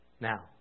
Now